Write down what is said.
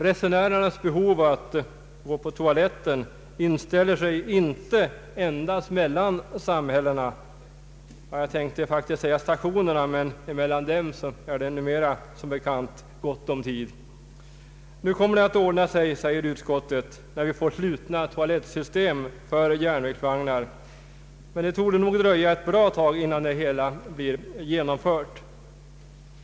Resenärernas behov att gå på toaletten inställer sig inte endast mellan samhällena — jag tänkte säga stationerna, men mellan dem finns det numera som bekant gott om tid. Nu kommer det att ordna sig, säger utskottet, när vi får slutna toalettsystem för järnvägsvagnar. Men det torde nog dröja ett bra tag innan det hela blir genomfört.